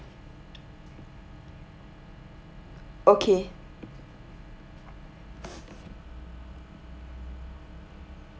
okay